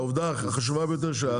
העובדה החשובה ביותר,